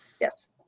yes